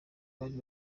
bari